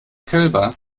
kälber